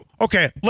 okay